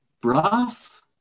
brass